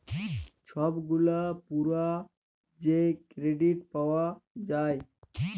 ছব গুলা পুরা যে কেরডিট পাউয়া যায়